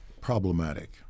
problematic